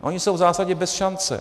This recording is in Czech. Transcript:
Oni jsou v zásadě bez šance.